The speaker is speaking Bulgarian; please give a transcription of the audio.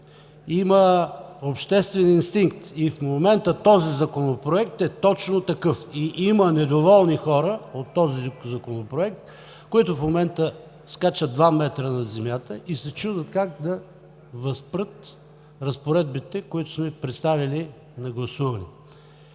Има обществен инстинкт и в момента този Законопроект е точно такъв. И има недоволни хора от този Законопроект, които в момента скачат два метра над земята и се чудят как да възпрат разпоредбите, които сме им представили на гласуване.